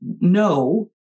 no